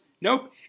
Nope